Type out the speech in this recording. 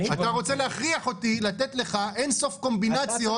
אתה רוצה להכריח אותי לתת לך אינסוף קומבינציות